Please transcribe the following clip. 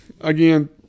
Again